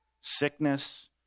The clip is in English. Sickness